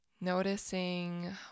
Noticing